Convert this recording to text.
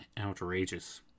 outrageous